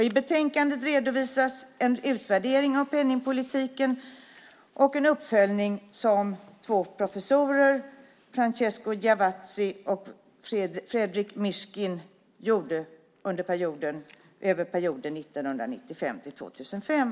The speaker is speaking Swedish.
I betänkandet redovisas en utvärdering av penningpolitiken och en uppföljning som två professorer, Francesco Giavazzi och Frederic Mishkin, gjorde över perioden 1995-2005.